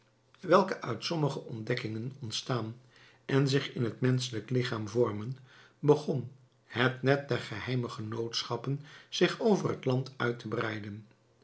welke uit sommige ontstekingen ontstaan en zich in het menschelijk lichaam vormen begon het net der geheime genootschappen zich over het land uit te breiden